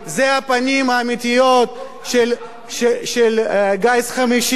אלה הפנים האמיתיות של גיס חמישי.